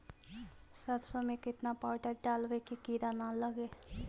सरसों में केतना पाउडर डालबइ कि किड़ा न लगे?